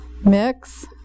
mix